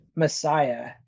messiah